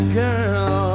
girl